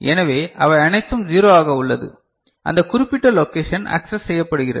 எனவே அவை அனைத்தும் 0 ஆக உள்ளது அந்தக் குறிப்பிட்ட லொகேஷன் ஆக்சஸ் செய்யப்படுகிறது